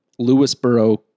Lewisboro